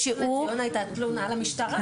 בראשון לציון היתה תלונה למשטרה,